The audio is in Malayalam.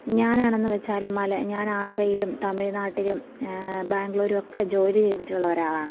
ഞാനാണെന്ന് വച്ചാൽ ഞാൻ ആന്ധ്രയിലും തമിഴ്നാട്ടിലും ബാംഗ്ലൂരും ഒക്കെ ജോലി ചെയ്തിട്ടുള്ള ഒരാളാണ്